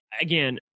again